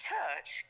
Church